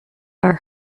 are